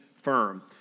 firm